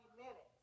minutes